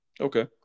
okay